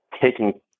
taking